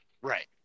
Right